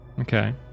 Okay